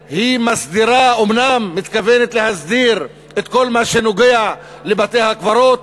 אומנם מתכוונת להסדיר את כל מה שנוגע בבתי-הקברות,